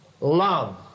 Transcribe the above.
Love